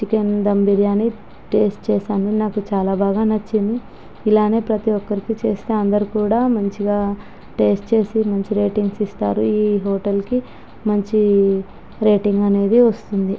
chicken dum biryani taste చేసాను నాకు చాలా బాగా నచ్చింది ఇలానే ప్రతీ ఒక్కరికీ చేస్తే అందరు కూడా మంచిగా టేస్ట్ చేసి మంచి రేటింగ్స్ ఇస్తారు ఈ హోటల్కి మంచి రేటింగ్ అనేది వస్తుంది